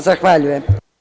Zahvaljujem.